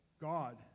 God